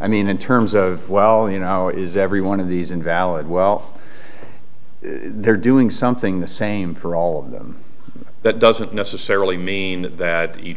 i mean in terms of well you know is every one of these invalid well they're doing something the same for all of them that doesn't necessarily mean that each